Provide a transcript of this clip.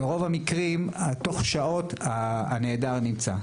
ברוב המקרים תוך שעות הנעדר נמצא,